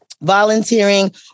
volunteering